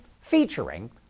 featuring